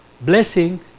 blessing